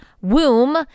womb